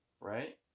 right